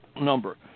number